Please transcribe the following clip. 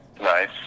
Nice